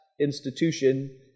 institution